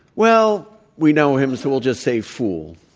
well, we know him, so we'll just say fool.